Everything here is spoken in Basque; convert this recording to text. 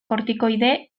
kortikoide